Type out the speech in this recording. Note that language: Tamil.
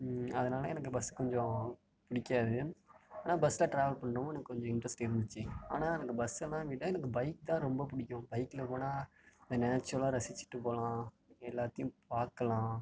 அதனால எனக்கு பஸ் கொஞ்சம் பிடிக்காது ஆனால் பஸ்ஸில் ட்ராவல் பண்ணவும் எனக்கு கொஞ்சம் இன்ட்ரஸ்ட் இருந்துச்சு ஆனால் எனக்கு பஸ்ஸெல்லாம் விட எனக்கு பைக்தான் ரொம்ப பிடிக்கும் பைக்கில் போனா அந்த நேச்சுரலாக ரசிச்சிவிட்டு போகலாம் எல்லாத்தையும் பார்க்கலாம்